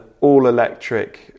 all-electric